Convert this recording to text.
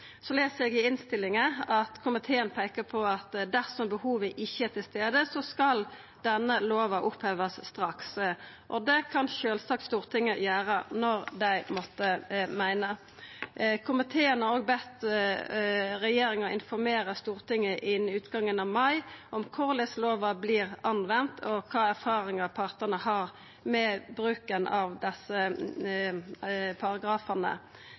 Så les eg i innstillinga at komiteen peiker på at dersom behovet ikkje er til stades, skal denne lova opphevast straks. Det kan sjølvsagt Stortinget gjera når dei måtte meina. Komiteen har òg bedt regjeringa informera Stortinget innan utgangen av mai om korleis lova vert anvend, og kva erfaringar partane har med bruken av desse paragrafane.